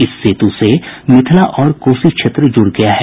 इस सेतु से मिथिला और कोसी क्षेत्र जुड़ गया है